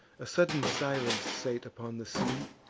a sudden silence sate upon the sea,